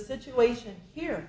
situation here